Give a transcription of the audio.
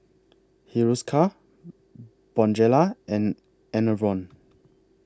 Hiruscar Bonjela and Enervon